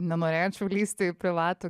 nenorėčiau lįsti į privatų